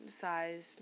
Size